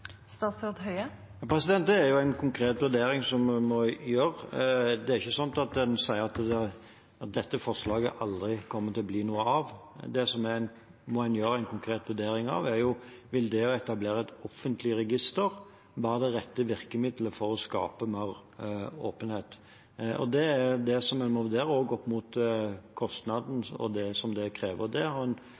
Det er en konkret vurdering en må gjøre. Det er ikke slik at en sier at dette forslaget aldri kommer til å bli noe av. Det en må gjøre en konkret vurdering av, er: Vil det å etablere et offentlig register være det rette virkemiddelet for å skape mer åpenhet? Det er det en må vurdere, også opp mot kostnaden og det som kreves. Det har vi gjort en vurdering av, og vi sier at vi ikke ser på det